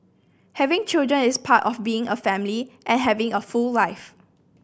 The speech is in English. having children is part of being a family and having a full life